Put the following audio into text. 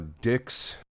dicks